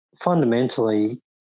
fundamentally